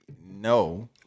no